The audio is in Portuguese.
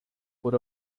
por